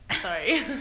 Sorry